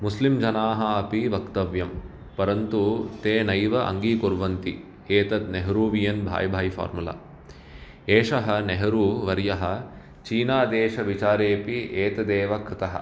मुस्लिम् जनाः अपि वक्तव्यं परन्तु ते नैव अङ्गीकुर्वन्ति एतत् नेहरूवियन् भाय् भाय् फार्मुला एषः नेहरूवर्यः चीनादेश विचारे अपि एतत् एव कृतः